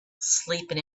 sleeping